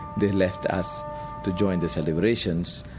they left us to join the celebrations.